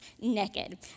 naked